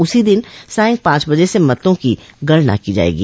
उसी दिन सांय पांच बजे से मतों की गणना की जायेगी